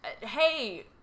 hey